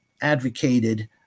advocated